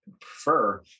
prefer